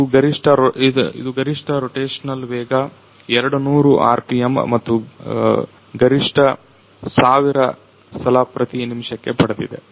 ಇದು ಗರಿಷ್ಠ ರೊಟೇಶನಲ್ ವೇಗ 200 ಆರ್ಪಿಎಮ್ ಮತ್ತು ಗರಿಷ್ಠ 1000 ಸಲ ಪ್ರತಿ ನಿಮಿಷಕ್ಕೆ ಪಡೆದಿದೆ